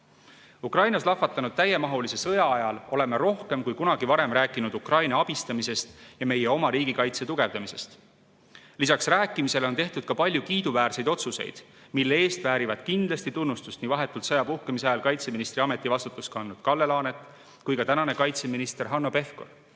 edasi. Ukrainas lahvatanud täiemahulise sõja ajal oleme rohkem kui kunagi varem rääkinud Ukraina abistamisest ja meie oma riigikaitse tugevdamisest. Lisaks rääkimisele on tehtud ka palju kiiduväärseid otsuseid, mille eest väärivad kindlasti tunnustust nii vahetult sõja puhkemise ajal kaitseministri ameti vastutust kandnud Kalle Laanet kui ka ametis olev kaitseminister Hanno Pevkur.